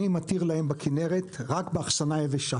בכנרת אני מתיר להם רק באחסנה יבשה,